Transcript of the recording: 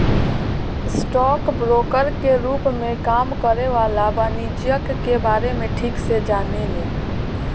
stock broker के रूप में काम करे वाला वाणिज्यिक के बारे में ठीक से जाने ले